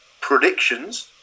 predictions